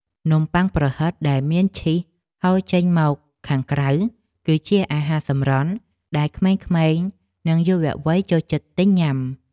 នំប៉័ងប្រហិតដែលមានឈីសហូរចេញមកនៅខាងក្នុងគឺជាអាហារសម្រន់ដែលក្មេងៗនិងយុវវ័យចូលចិត្តទិញញ៉ាំ។